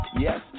Yes